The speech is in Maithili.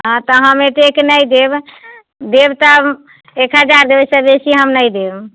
हँ तऽ हम एतेक नहि देब देब तऽ एक हजार देब ओहिसँ बेसी हम नहि देब